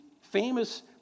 famous